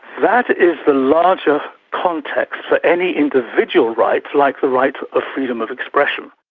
that is the larger context for any individual rights, like the right of freedom of expression.